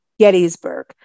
Gettysburg